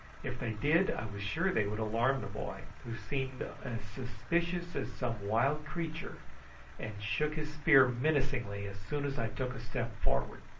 if they did i was sure they would alarm the boy, who seemed as suspicious as some wild creature and shook his spear menacingly as soon as i took a step forward.